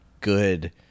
good